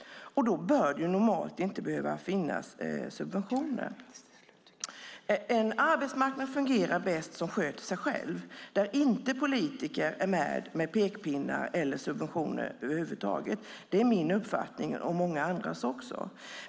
Då bör det normalt inte finnas subventioner. Den arbetsmarknad fungerar bäst som sköter sig själv, där inte politiker är med över huvud taget med pekpinnar eller subventioner. Det är min uppfattning och många andras också.